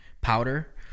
powder